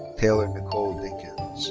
taylor nichole dinkins